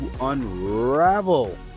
unravel